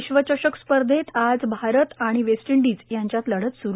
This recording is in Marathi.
विश्व चषक स्पर्धेत आज भातर विरूद्ध वेस्ट इंडिज यांच्यात लढत सुरू